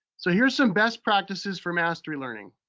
so here's some best practices for mastery learning.